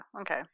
Okay